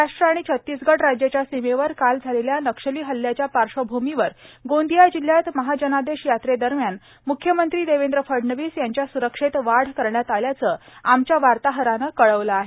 महाराष्ट्र आणि छतीसगड राज्याच्या सीमेवर काल झालेल्या नक्षली हल्याच्या पार्श्वभूमीवर गोंदिया जिल्ह्यात महाजनादेश यात्रेदरम्यान मुख्यमंत्री देवेंद्र फडणवीस यांच्या स्रक्षेत वाढ करण्यात आल्याचं आमच्या वार्ताहरानं कळवलं आहे